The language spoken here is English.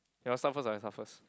you want start first or I start first